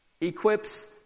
equips